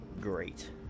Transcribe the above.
great